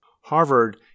Harvard